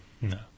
No